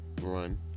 run